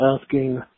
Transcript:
asking